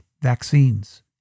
Vaccines